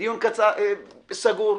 דיון סגור.